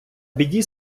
біді